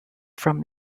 from